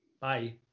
Bye